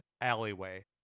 Alleyway